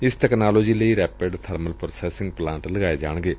ਇਸ ਤਕਨਾਲੋਜੀ ਲਈ rapid thermal processing plant ਲਗਾਏ ਜਾਣਗੇ